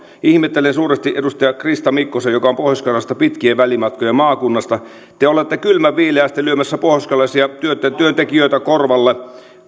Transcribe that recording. ihmettelen suuresti edustaja krista mikkosta joka on pohjois karjalasta pitkien välimatkojen maakunnasta te olette kylmänviileästi lyömässä pohjoiskarjalaisia työntekijöitä korvalle